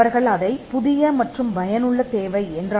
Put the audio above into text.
அவர்கள் அதை புதிய மற்றும் பயனுள்ள தேவை என்று அழைத்தனர்